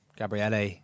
Gabriele